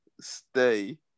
stay